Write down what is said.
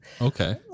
Okay